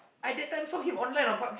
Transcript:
I that time saw him online on~